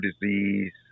disease